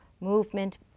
movement